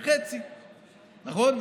זה חצי, נכון?